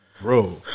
Bro